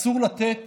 אסור לתת